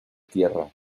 tierra